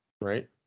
right